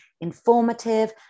informative